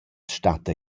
statta